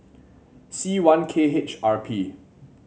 C one K H R P